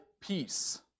peace